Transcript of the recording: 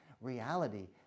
reality